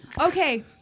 Okay